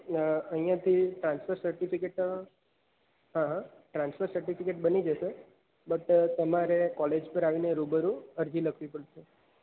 અહિયાંથી transfer certificate હ transfer certificate બની જશે બટ તમારે કોલેજ પર આવીને રૂબરૂ અરજી લખવી પડશે